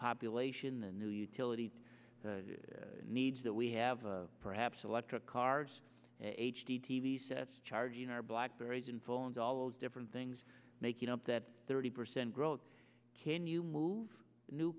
population the new utility needs that we have perhaps electric cars h d t v sets charging our blackberries and phones all those different things making up that thirty percent growth can you move new